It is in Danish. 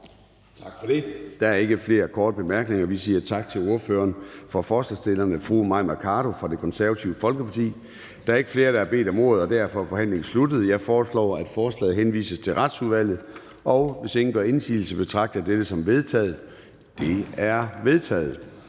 Tak for det. Der er ikke flere korte bemærkninger. Vi siger tak til ordføreren for forslagsstillerne, fru Mai Mercado fra Det Konservative Folkeparti. Der er ikke flere, der har bedt om ordet, og derfor er forhandlingen sluttet. Jeg foreslår, at forslaget til folketingsbeslutning henvises til Retsudvalget. Hvis ingen gør indsigelse, betragter jeg dette som vedtaget. Det er vedtaget.